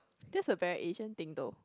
that's a very Asian thing though